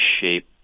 shape